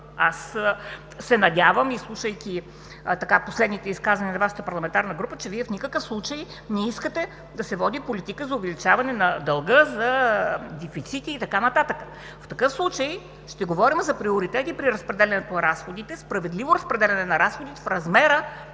дълг. Надявам се, слушайки последните изказвания на Вашата парламентарна група, че Вие в никакъв случай не искате да се води политика за увеличаване на дълга, за дефицити и така нататък. В такъв случай ще говорим за приоритети при разпределянето на разходите, но справедливо, в размера